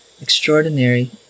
extraordinary